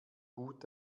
gut